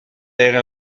era